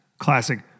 Classic